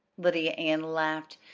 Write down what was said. lydia ann laughed.